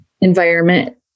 environment